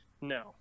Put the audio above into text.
no